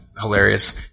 hilarious